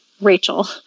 Rachel